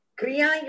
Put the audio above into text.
kriya